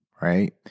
right